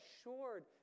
assured